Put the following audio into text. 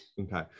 Okay